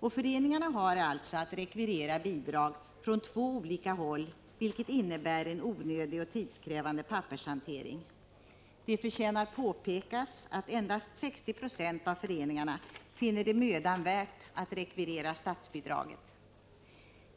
Föreningarna har alltså att rekvirera bidrag från två olika håll, vilket innebär en onödig och tidskrävande pappershantering. Det förtjänar påpekas att endast 60 96 av föreningarna finner det mödan värt att rekvirera statsbidraget.